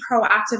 proactive